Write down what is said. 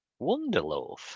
Wonderloaf